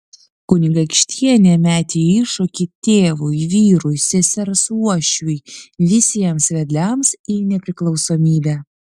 kunigaikštienė metė iššūkį tėvui vyrui sesers uošviui visiems vedliams į nepriklausomybę